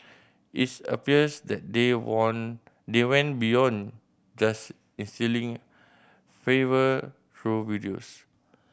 it's appears that they want they went beyond just instilling favour through videos